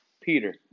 Peter